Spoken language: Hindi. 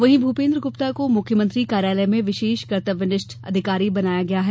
वहीं भूपेन्द्र गुप्ता को मुख्यमंत्री कार्यालय में विशेष कर्तव्यनिष्ठ अधिकारी बनाया गया है